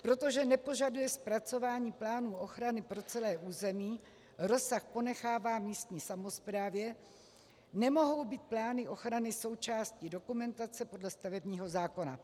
Protože nepožaduje zpracování plánů ochrany pro celé území, rozsah ponechává místní samosprávě, nemohou být plány ochrany součástí dokumentace podle stavebního zákona.